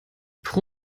pro